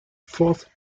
fourth